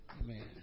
Amen